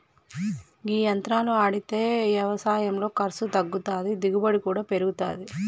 గీ యంత్రాలు ఆడితే యవసాయంలో ఖర్సు తగ్గుతాది, దిగుబడి కూడా పెరుగుతాది